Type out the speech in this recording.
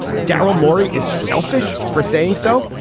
daryl morey is selfish for saying so.